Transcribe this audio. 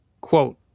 quote